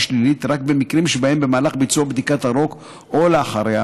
שלילית רק במקרים שבהם במהלך ביצוע בדיקת הרוק או אחריה